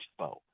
expo